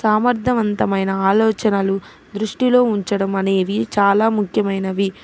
సామర్థవంతమైన ఆలోచనలు దృష్టిలో ఉంచడం అనేవి చాలా ముఖ్యమైనవి